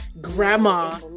Grandma